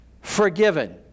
forgiven